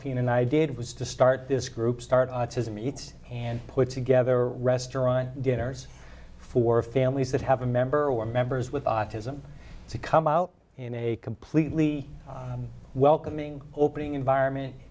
ny did was to start this group start autism eats and put together restaurant dinners for families that have a member or members with autism to come out in a completely welcoming opening environment